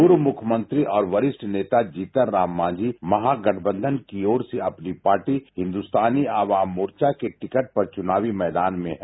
पूर्व मुख्य मंत्री और वरिष्ठ नेता जीतन राम मांझी महागठबंधन की ओर से अपनी पार्टी हिंदुस्तानी अवाम मोर्चा के टिकट पर चुनावी मैदान में है